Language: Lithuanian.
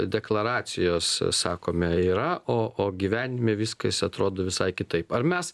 deklaracijos sakome yra o o gyvenime viskas atrodo visai kitaip ar mes